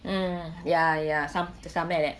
mm ya ya some soomewhere there